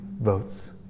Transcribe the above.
votes